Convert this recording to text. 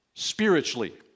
Spiritually